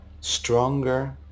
stronger